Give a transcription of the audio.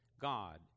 God